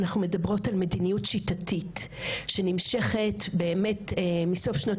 אנחנו מדברות על מדיניות שיטתית שנמשכת באמת מאז סוף שנות